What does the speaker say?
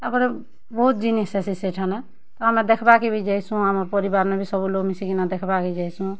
ତାପରେ ବହୁତ୍ ଜିନିଷ୍ ହେସି ସେଠାନେ ତ ଆମେ ଦେଖ୍ବାକେ ବି ଯାଏସୁଁ ଆମର୍ ପରିବାର୍ନେ ବି ସବୁଲୋକ୍ ମିଶିକିନା ଦେଖ୍ବାକେ ଯାଏସୁଁ